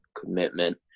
commitment